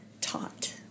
taught